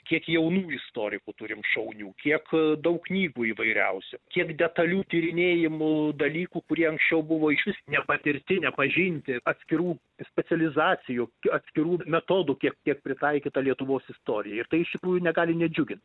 kiek jaunų istorikų turim šaunių kiek daug knygų įvairiausių kiek detalių tyrinėjimų dalykų kurie anksčiau buvo išvis nepatirti nepažinti atskirų specializacijų atskirų metodų tiek kiek pritaikyta lietuvos istorijai ir tai iš tikrųjų negali nedžiugint